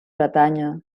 bretanya